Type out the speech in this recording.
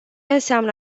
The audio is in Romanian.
înseamnă